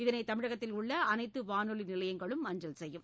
இதனை தமிழகத்தில் உள்ள அனைத்து வானொலி நிலையங்களும் அஞ்சல் செய்யும்